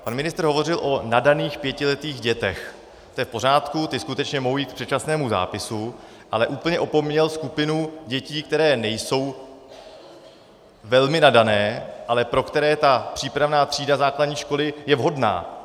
Pan ministr hovořil o nadaných pětiletých dětech, to je v pořádku, ty skutečně mohou jít k předčasnému zápisu, ale úplně opomněl skupinu dětí, které nejsou velmi nadané, ale pro které ta přípravná třída základní školy je vhodná.